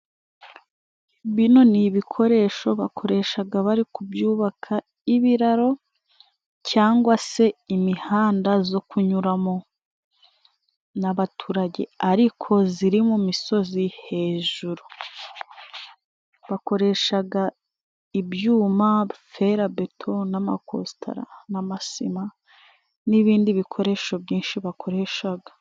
Bino ni ibikoresho bakoreshaga bari kubyubaka ibiraro cyangwa se imihanda zo kunyuramo n'abaturage ariko ziri mu misozi hejuru. Bakoreshaga ibyuma, ferabeto n'amakostara n'amasima n'ibindi bikoresho byinshi bakoreshaga.